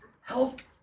health